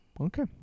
Okay